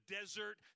desert